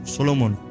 Solomon